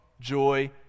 joy